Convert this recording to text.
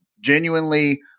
genuinely